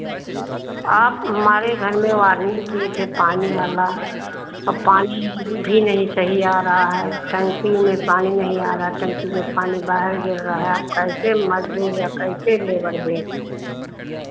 आप हमारे घर मे वॉर्निंग किए थे पानी वाला आ पानी भी नहीं सही आ रहा है टंकी मे पानी नहीं आ रहा है टंकी से पानी बाहर गिर रहा है कैसे मज़दूर या कैसे लेबर दी थी